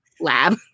lab